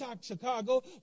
Chicago